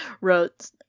wrote